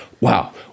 Wow